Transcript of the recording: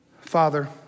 Father